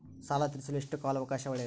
ಸಾಲ ತೇರಿಸಲು ಎಷ್ಟು ಕಾಲ ಅವಕಾಶ ಒಳ್ಳೆಯದು?